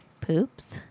Poops